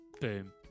Boom